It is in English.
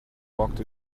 walked